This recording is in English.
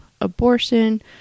abortion